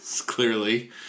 clearly